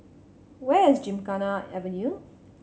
where is Gymkhana Avenue